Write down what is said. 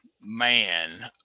Man